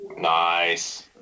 Nice